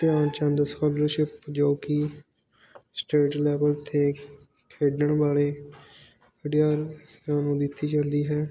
ਧਿਆਨ ਚੰਦ ਸਕੋਲਰਸ਼ਿਪ ਜੋ ਕਿ ਸਟੇਟ ਲੈਵਲ 'ਤੇ ਖੇਡਣ ਵਾਲੇ ਖਿਡਾਰੀਆਂ ਨੂੰ ਦਿੱਤੀ ਜਾਂਦੀ ਹੈ